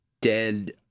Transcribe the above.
dead